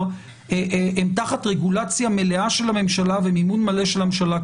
הם תחת רגולציה מלאה של הממשלה וניהול מלא של הממשלה,